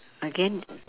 again